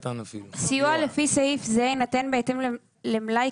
סיוע לפי סעיף זה יינתן בהתאם למלאי